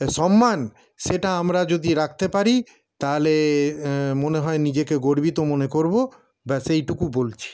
সম্মান সেটা আমরা যদি রাখতে পারি তাহলে মনে হয় নিজেকে গর্বিত মনে করবো ব্যাস এইটুকু বলছি